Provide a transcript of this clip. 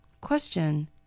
Question